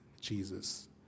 Jesus